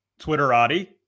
Twitterati